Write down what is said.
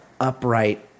upright